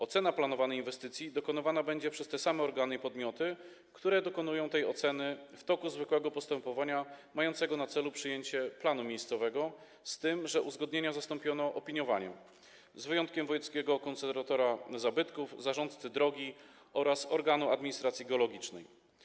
Ocena planowanej inwestycji dokonywana będzie przez te same organy i podmioty, które dokonują tej oceny w toku zwykłego postępowania mającego na celu przyjęcie planu miejscowego, z tym że uzgodnienia zastąpiono opiniowaniem - z wyjątkiem wojewódzkiego konserwatora zabytków, zarządcy drogi oraz organu administracji geologicznej.